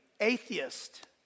atheist